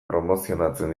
promozionatzen